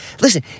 Listen